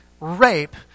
rape